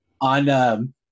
on